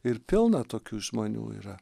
ir pilna tokių žmonių yra